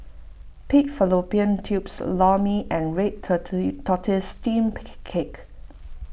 Pig Fallopian Tubes Lor Mee and Red Tortoise Steamed Cake